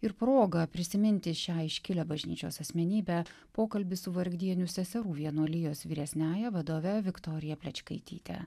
ir progą prisiminti šią iškilią bažnyčios asmenybę pokalbis su vargdienių seserų vienuolijos vyresniąja vadove viktorija plečkaityte